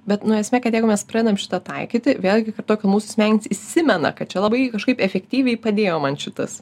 bet nu esmė kad jeigu mes pradedam šitą taikyti vėlgi kartoju kad mūsų smegenys įsimena kad čia labai kažkaip efektyviai padėjo man šitas